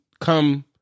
come